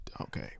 okay